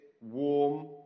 warm